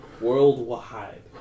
worldwide